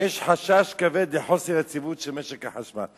יש חשש כבד לחוסר יציבות של משק החשמל.